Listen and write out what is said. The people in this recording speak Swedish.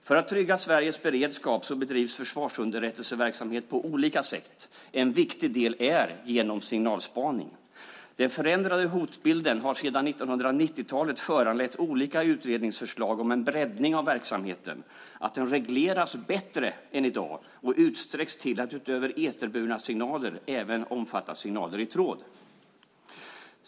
För att trygga Sveriges beredskap bedrivs försvarsunderrättelseverksamhet på olika sätt, en viktig del är genom signalspaning. Den förändrade hotbilden har sedan 1990-talet föranlett olika utredningsförslag om en breddning av verksamheten, att den regleras bättre än i dag och utsträcks till att utöver eterburna signaler även omfatta signaler i tråd.